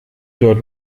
dort